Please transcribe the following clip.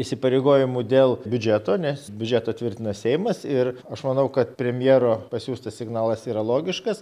įsipareigojimų dėl biudžeto nes biudžetą tvirtina seimas ir aš manau kad premjero pasiųstas signalas yra logiškas